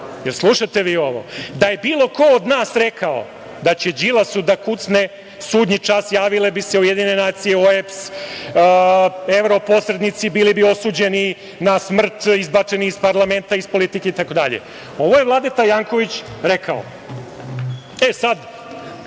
li slušate vi ovo? Da je bilo ko od nas rekao da će Đilasu da kucne sudnji čas, javile bi se UN, OEBS, evroposrednici. Bili bi osuđeni na smrt, izbačeni iz parlamenta, iz politike, itd, a ovo je Vladeta Janković rekao. Sada